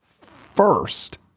first